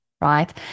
right